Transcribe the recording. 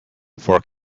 for